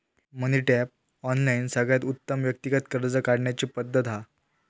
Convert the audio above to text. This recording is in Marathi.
मनी टैप, ऑनलाइन सगळ्यात उत्तम व्यक्तिगत कर्ज काढण्याची पद्धत हा